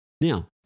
Now